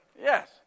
Yes